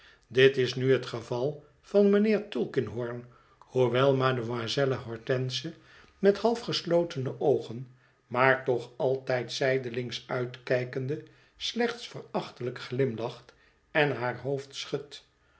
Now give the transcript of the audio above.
dit is nu het geval van mijnheer tulkinghorn hoewel mademoiselle hortense met half geslotene oogen maar toch altijd zijdelings uitkijkende slechts verachtelijk glimlacht en haar hoofd schudt